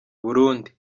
burundi